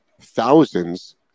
thousands